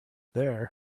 there